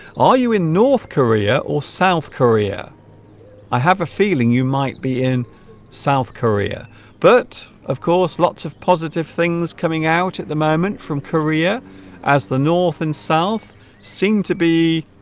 ah you in north korea or south korea i have a feeling you might be in south korea but of course lots of positive things coming out at the moment from korea as the north and south seem to be